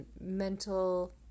mental